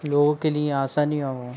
लोगों के लिए आसनियाँ हों